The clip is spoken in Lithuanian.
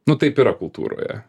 nu taip yra kultūroje